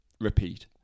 Repeat